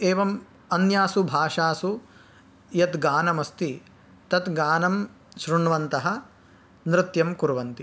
एवम् अन्यासु भाषासु यद्गानमस्ति तद्गानं शृण्वन्तः नृत्यं कुर्वन्ति